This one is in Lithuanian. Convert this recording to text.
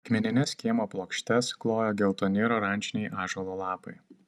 akmenines kiemo plokštes klojo geltoni ir oranžiniai ąžuolo lapai